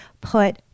put